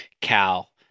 Cal